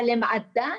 אבל הם עדיין,